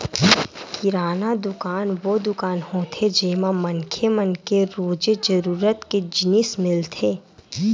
किराना दुकान वो दुकान होथे जेमा मनखे मन के रोजे जरूरत के जिनिस मिलथे